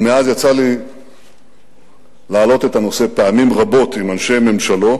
ומאז יצא לי להעלות את הנושא פעמים רבות עם אנשי ממשלו,